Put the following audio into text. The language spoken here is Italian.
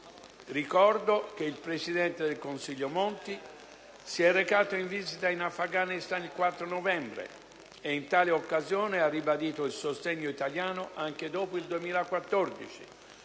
Ricordo che il presidente del Consiglio Monti si è recato in visita in Afghanistan il 4 novembre dello scorso anno e in tale occasione ha ribadito il sostegno italiano anche dopo il 2014,